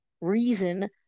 reason